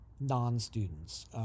non-students